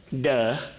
Duh